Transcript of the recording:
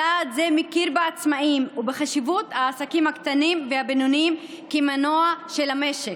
צעד זה מכיר בעצמאים ובחשיבות העסקים הקטנים והבינוניים כמנוע של המשק.